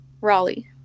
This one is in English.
Raleigh